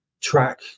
track